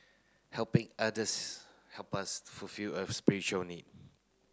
helping others help us fulfil a spiritual need